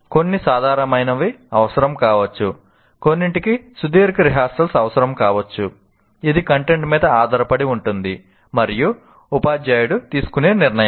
కొన్ని సాధారణమైనవి అవసరం కావచ్చు కొన్నింటికి సుదీర్ఘ రిహార్సల్స్ అవసరం కావచ్చు ఇది కంటెంట్ మీద ఆధారపడి ఉంటుంది మరియు ఉపాధ్యాయుడు తీసుకునే నిర్ణయాలు